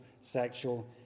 sexual